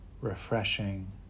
refreshing